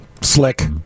slick